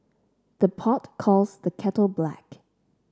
the pot calls the kettle black